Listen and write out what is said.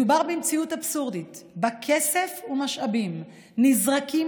מדובר במציאות אבסורדית שבה כסף ומשאבים נזרקים